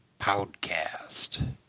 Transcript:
Podcast